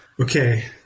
Okay